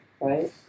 right